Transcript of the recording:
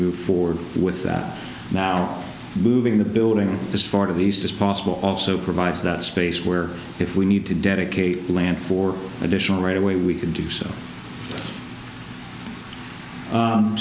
move forward with that now moving the building is for at least as possible also provides that space where if we need to dedicate land for additional right away we can do so